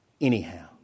anyhow